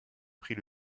pris